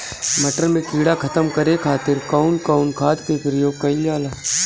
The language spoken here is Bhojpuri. मटर में कीड़ा खत्म करे खातीर कउन कउन खाद के प्रयोग कईल जाला?